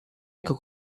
как